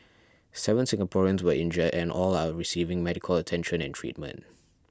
seven Singaporeans were injured and all are receiving medical attention and treatment